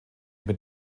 mit